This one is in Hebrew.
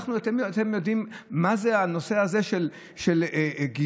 אתם יודעים מה זה הנושא הזה של גיור?